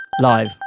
Live